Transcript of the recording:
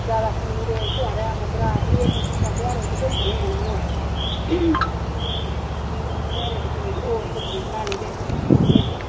ज्यादा खमीरे छुहारें दा मदरा एह् नेही चीज़ां ध्यारे च बनदियां होदियां हियां ओह्की त्यारें च ओह्की ते ओह्के च कोई होर सब्ज़ी बनानी ते ओह्के च